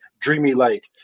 dreamy-like